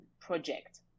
project